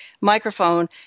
microphone